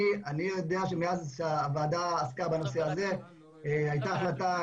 שמאז שהוועדה עסקה בנושא הזה הייתה החלטה,